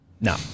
No